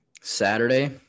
Saturday